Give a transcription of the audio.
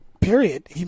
Period